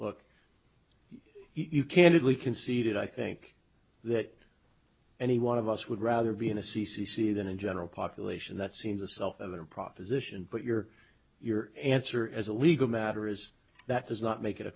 look you candidly conceded i think that any one of us would rather be in a c c c than a general population that seems a self evident proposition but you're your answer as a legal matter is that does not make it a